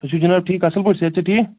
تُہۍ چھُو جناب ٹھیٖک اَصٕل پٲٹھۍ صحت چھَا ٹھیٖک